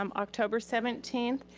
um october seventeenth.